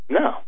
no